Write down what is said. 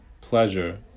pleasure